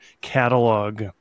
catalog